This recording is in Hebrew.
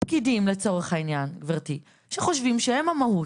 פקידים לצורך העניין, גברתי, שחושבים שהם המהות,